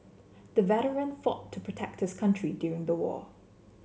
the veteran fought to protect this country during the war